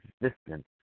existence